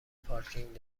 پارکینگ